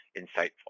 insightful